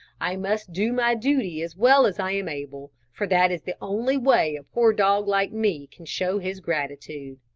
i must do my duty as well as i am able, for that is the only way a poor dog like me can show his gratitude.